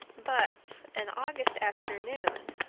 but an august afternoon,